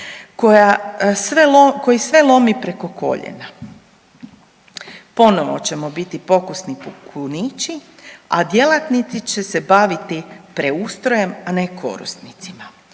koji sve lomi preko koljena. Ponovo ćemo biti pokusni kunići, a djelatnici će se baviti preustrojem, a ne korisnicima,